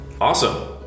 Awesome